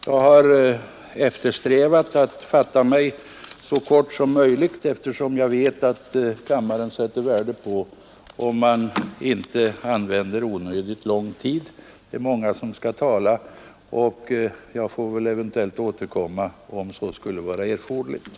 Jag har eftersträvat att fatta mig så kort som möjligt, eftersom jag vet att kammaren sätter värde på att man inte använder onödigt lång tid. Det är många som skall tala, och jag får väl återkomma om så skulle vara erforderligt.